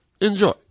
Enjoy